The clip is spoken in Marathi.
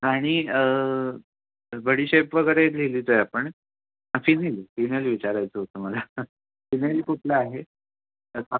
आणि बडीशेप वगैरे लिहिली होती आपण फिनेल फिनेल विचारायचं होतं मला फिनेल कुठलं आहे